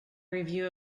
review